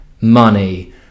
money